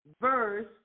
verse